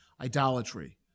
idolatry